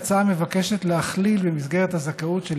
ההצעה מבקשת להכליל במסגרת הזכאות של